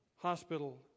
hospital